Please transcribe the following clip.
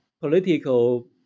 political